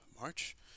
March